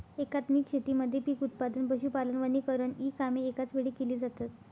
एकात्मिक शेतीमध्ये पीक उत्पादन, पशुपालन, वनीकरण इ कामे एकाच वेळी केली जातात